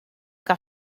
que